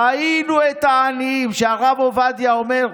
לא הבנת אותי, ראינו את העניים, שהרב עובדיה אומר: